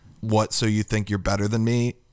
what-so-you-think-you're-better-than-me